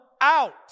out